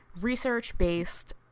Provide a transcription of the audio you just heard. research-based